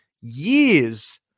years